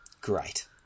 Great